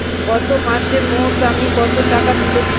গত মাসে মোট আমি কত টাকা তুলেছি?